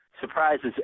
Surprises